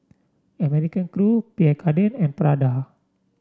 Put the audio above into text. American Crew Pierre Cardin and Prada